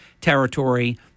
territory